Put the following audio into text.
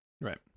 Right